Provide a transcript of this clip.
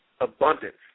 abundance